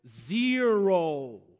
Zero